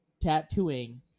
tattooing